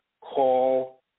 call